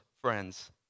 friends